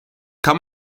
kann